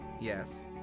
Yes